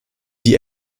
die